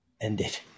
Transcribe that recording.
ended